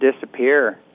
disappear